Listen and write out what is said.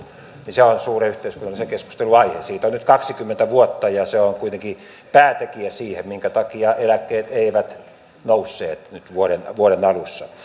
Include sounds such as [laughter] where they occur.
se on suuren yhteiskunnallisen keskustelun aihe siitä on nyt kaksikymmentä vuotta ja se on kuitenkin päätekijä siihen minkä takia eläkkeet eivät nousseet nyt vuoden vuoden alussa [unintelligible]